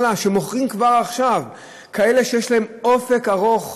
שמוכרים כבר עכשיו לכאלה שיש להם אופק ארוך,